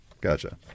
Gotcha